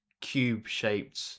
cube-shaped